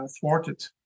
thwarted